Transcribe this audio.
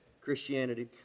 Christianity